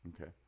Okay